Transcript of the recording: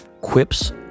Quip's